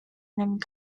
named